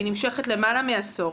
היא נמשכת למעלה מעשור.